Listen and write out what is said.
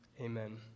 Amen